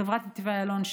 חברת נתיבי איילון,